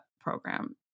program